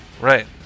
Right